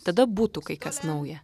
tada būtų kai kas nauja